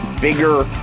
bigger